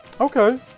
Okay